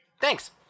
Thanks